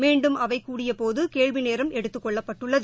மீண்டும் அவை கூடிய போது கேள்வி நேரம் எடுத்துக் கொள்ளப்பட்டுள்ளது